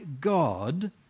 God